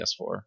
PS4